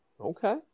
Okay